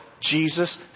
Jesus